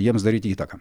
jiems daryti įtaką